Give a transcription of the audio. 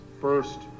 first